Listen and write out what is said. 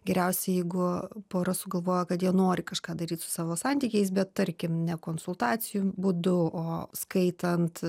geriausia jeigu pora sugalvojo kad jie nori kažką daryt su savo santykiais bet tarkim ne konsultacijų būdu o skaitant